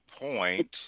point